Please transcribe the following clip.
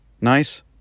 nice